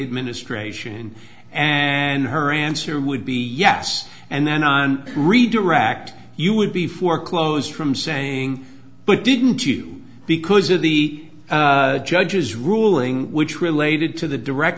administration and her answer would be yes and then on redirect you would be foreclosed from saying but didn't you because of the judge's ruling which related to the direct